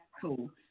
cool